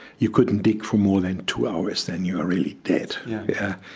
you couldn't dig for more than two hours then you are really dead yeah yeah